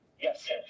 yes